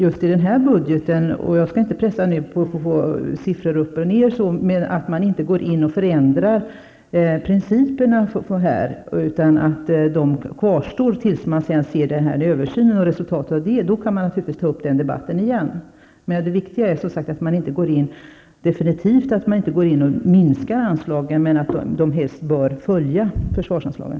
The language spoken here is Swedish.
Jag skall inte pressa utrikesministern på siffror i budgeten, men det är viktigt att man inte ändrar principerna i budgeten. Principerna måste kvarstå tills resultatet av översynen kommer. Då kan man ta upp diskussionen igen. Det är viktigt att man inte minskar anslagen, och de bör helst följa försvarsanslagen.